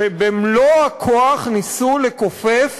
שבמלוא הכוח ניסו לכופף